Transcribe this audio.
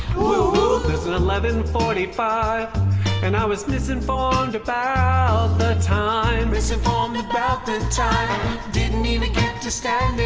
whoo-whoo there's an eleven forty five and i was misinformed about the time misinformed about the time didn't even get to stand